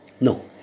No